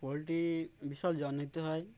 poultry বিশাল যত্ন নিতে হয়